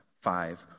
five